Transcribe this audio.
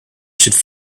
should